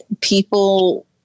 people